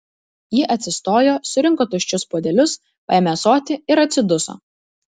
ji atsistojo surinko tuščius puodelius paėmė ąsotį ir atsiduso